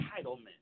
entitlement